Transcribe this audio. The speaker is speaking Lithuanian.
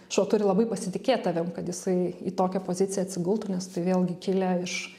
šuo turi labai pasitikėt tavim kad jisai į tokią poziciją atsigultų nes tai vėlgi kilę iš